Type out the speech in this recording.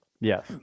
Yes